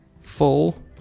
Full